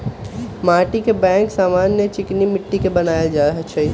माटीके बैंक समान्य चीकनि माटि के बनायल जाइ छइ